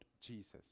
Jesus